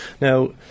now